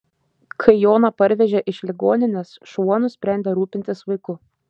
kai joną parvežė iš ligoninės šuo nusprendė rūpintis vaiku